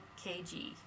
KG